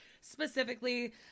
Specifically